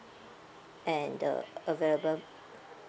and the available